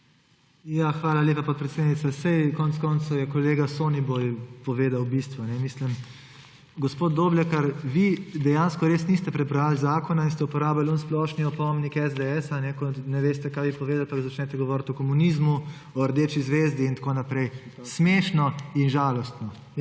Hvala lepa, podpredsednica. Konec koncev je kolega Soniboj povedal bistvo. Gospod Doblekar, vi dejansko res niste prebrali zakona in ste uporabili tisti splošni opomnik SDS, ko ne veste, kaj bi povedali, pa začnete govoriti o komunizmu, o rdeči zvezdi in tako naprej. Smešno in žalostno.